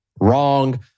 Wrong